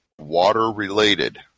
water-related